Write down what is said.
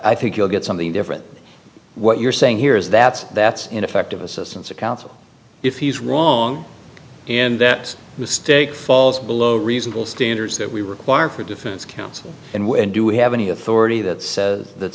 think you'll get something different what you're saying here is that that's ineffective assistance of counsel if he's wrong and that mistake falls below reasonable standards that we require for defense counsel and when do we have any authority that says that